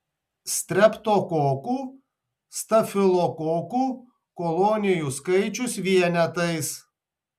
streptokokų stafilokokų kolonijų skaičius vienetais